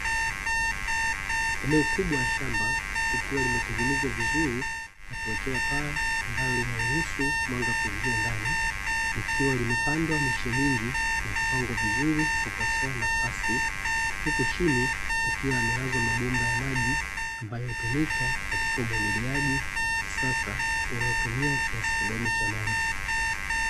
Eneo kubwa la shamba likiwa limetengenezwa vizuri na kuwekewa paa ambalo linaruhusu mwanga kuingia ndani, likiwa limepandwa michi mingi na kupangwa vizuri kwa kuachia nafasi, huku chini iyakiwa yamelazwa mabomba ya maji ambayo hutumika katika umwagiliaji wa kisasa unaotumia kiasi kidogo cha maji .